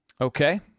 Okay